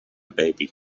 baby